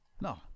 No